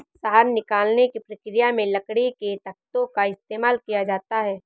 शहद निकालने की प्रक्रिया में लकड़ी के तख्तों का इस्तेमाल किया जाता है